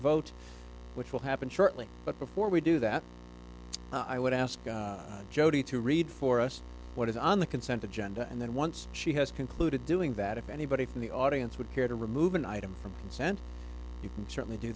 vote which will happen shortly but before we do that i would ask jodi to read for us what is on the consent agenda and then once she has concluded doing that if anybody from the audience would care to remove an item from sent you can certainly do